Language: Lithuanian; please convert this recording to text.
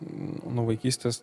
nuo vaikystės